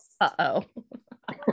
Uh-oh